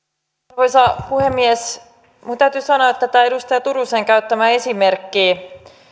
arvoisa puhemies minun täytyy sanoa että tämä edustaja turusen käyttämä esimerkki